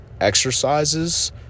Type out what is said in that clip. exercises